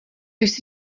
jsi